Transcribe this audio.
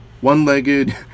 One-legged